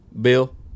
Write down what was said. bill